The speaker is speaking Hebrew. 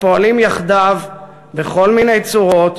הפועלים יחדיו בכל מיני צורות,